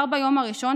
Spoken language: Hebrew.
כבר ביום הראשון,